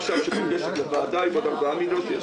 שמוגשת לוועדה עם עוד 4 מיליון.